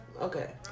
Okay